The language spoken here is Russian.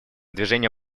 движение